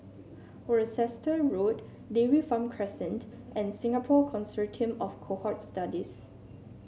Worcester Road Dairy Farm Crescent and Singapore Consortium of Cohort Studies